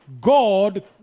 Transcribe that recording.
God